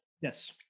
Yes